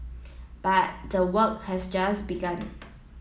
but the work has just begun